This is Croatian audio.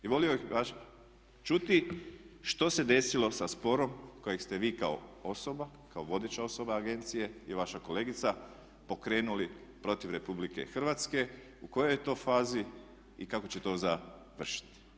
I volio bi vas čuti što se desilo sa sporom kojeg ste vi kao osoba, kao vodeća osoba agencije i vaša kolegica pokrenuli protiv RH, u kojoj je to fazi i kako će to završiti?